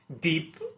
deep